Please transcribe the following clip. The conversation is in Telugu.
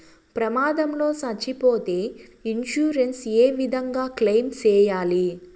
ప్రమాదం లో సచ్చిపోతే ఇన్సూరెన్సు ఏ విధంగా క్లెయిమ్ సేయాలి?